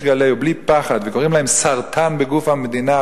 גלי ובלי פחד וקוראים להם סרטן בגוף המדינה,